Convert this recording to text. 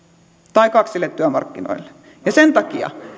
tai kaksille työmarkkinoille sen takia